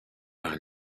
par